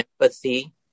empathy